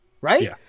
right